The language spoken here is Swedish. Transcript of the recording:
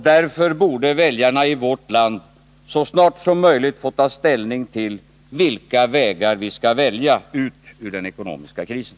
Därför borde väljarna i vårt land så snart som möjligt få ta ställning till vilka vägar vi skall välja ut ur den ekonomiska krisen.